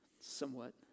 somewhat